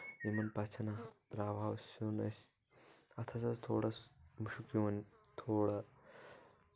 یِمَن پَژھٮ۪ن تراوہاو أسۍ سیُن أسۍ اَتھ حظ ٲس تھوڑا مشُک یِوان تھوڑا